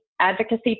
advocacy